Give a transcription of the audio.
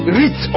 rich